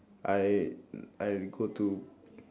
I I go to